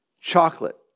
chocolate